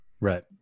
Right